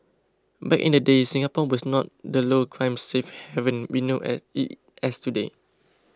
back in the day Singapore was not the low crime safe haven we know at it as today